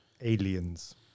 aliens